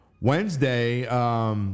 Wednesday